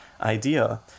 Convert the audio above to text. idea